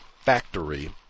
factory